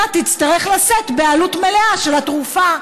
אתה תצטרך לשאת בעלות מלאה של התרופה,